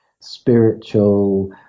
spiritual